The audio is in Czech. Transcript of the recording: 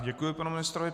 Děkuji panu ministrovi.